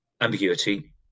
ambiguity